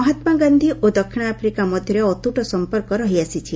ମହାତ୍ମା ଗାକ୍ଷୀ ଓ ଦକ୍ଷିଣ ଆଫ୍ରିକା ମଧ୍ଧରେ ଅତୁଟ ସଂପର୍କ ରହିଆସିଛି